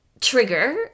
trigger